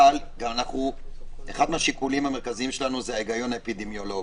אבל גם אחד מהשיקולים המרכזיים שלנו זה ההיגיון האפידמיולוגי.